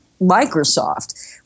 Microsoft